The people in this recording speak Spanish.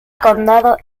condado